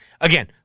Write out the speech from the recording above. Again